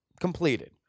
completed